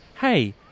hey